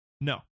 No